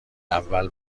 اول